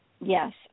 yes